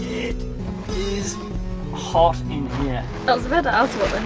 it is hot in here i was about to ask